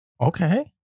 Okay